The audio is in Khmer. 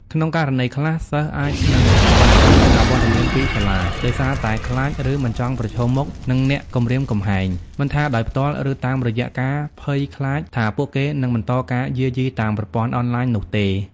ក្នុងករណីខ្លះ សិស្សអាចនឹង បង្ខំចិត្តអវត្តមានពីសាលា ដោយសារតែខ្លាច ឬមិនចង់ប្រឈមមុខនឹងអ្នកគំរាមកំហែង មិនថាដោយផ្ទាល់ ឬតាមរយៈការភ័យខ្លាចថាពួកគេនឹងបន្តការយាយីតាមប្រព័ន្ធអនឡាញនោះទេ។